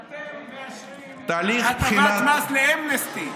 תהליך בחינת, אתם מאשרים הטבת מס לאמנסטי.